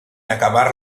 acabar